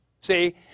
See